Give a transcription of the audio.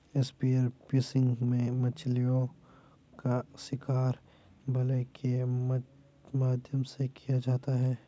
spear fishing में मछलीओं का शिकार भाले के माध्यम से किया जाता है